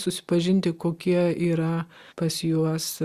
susipažinti kokie yra pas juos